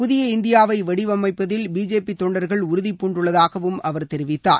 புதிய இந்தியாவை வடிவமைப்பதில் பிஜேபி தொண்டர்கள் உறுதிபூண்டுள்ளதாகவும் அவர் தெரிவித்தார்